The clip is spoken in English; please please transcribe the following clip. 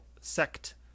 sect